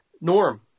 Norm